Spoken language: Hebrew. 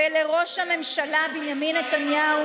ולראש הממשלה בנימין נתניהו,